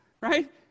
right